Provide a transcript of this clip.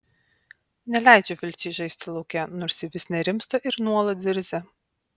neleidžiu vilčiai žaisti lauke nors ji vis nerimsta ir nuolat zirzia